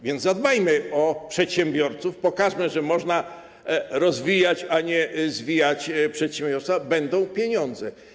Więc zadbajmy o przedsiębiorców, pokażmy, że można rozwijać, a nie zwijać przedsiębiorstwa, to będą pieniądze.